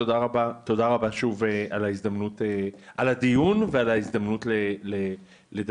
תודה רבה שוב על הדיון ועל ההזדמנות לדבר.